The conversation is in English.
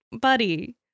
buddy